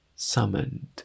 Summoned